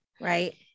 right